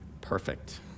perfect